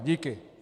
Díky.